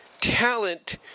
talent